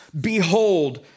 Behold